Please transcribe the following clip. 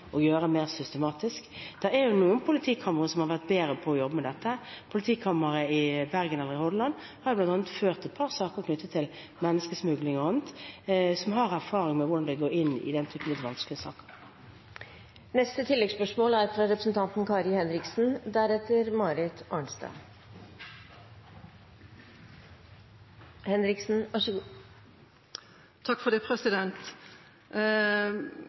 gjøre mer systematisk. Det er noen politikamre som har vært bedre til å jobbe med dette. Politikammeret i Hordaland har bl.a. ført et par saker knyttet til menneskesmugling og annet og har erfaring med hvordan man går inn i den typen litt vanskelige saker. Kari Henriksen – til oppfølgingsspørsmål. Statsministeren sier at det er viktig at de som utfører oppgavene nær barna, vet hva de skal gjøre, og har den kunnskapen som trengs. Det